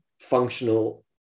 functional